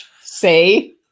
say